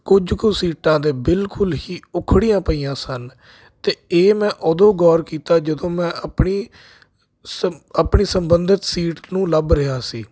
ਕੁਝ ਕੁ ਸੀਟਾਂ ਤਾਂ ਬਿਲਕੁਲ ਹੀ ਉਖੜੀਆਂ ਪਈਆਂ ਸਨ ਅਤੇ ਇਹ ਮੈਂ ਉਦੋਂ ਗੌਰ ਕੀਤਾ ਜਦੋਂ ਮੈਂ ਆਪਣੀ ਸੰ ਆਪਣੀ ਸੰਬੰਧਿਤ ਸੀਟ ਨੂੰ ਲੱਭ ਰਿਹਾ ਸੀ